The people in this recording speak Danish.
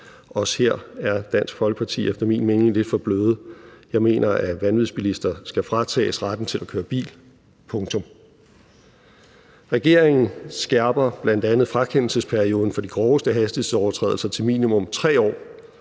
Også her er Dansk Folkeparti efter min mening lidt for bløde. Jeg mener, at vanvidsbilister skal fratages retten til at køre bil – punktum! Regeringen skærper bl.a. frakendelsesperioden for de groveste hastighedsovertrædelser til minimum 3 år